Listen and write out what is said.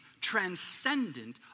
transcendent